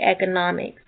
economics